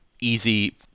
easy